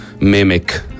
mimic